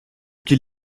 qu’il